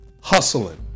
hustling